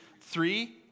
three